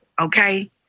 okay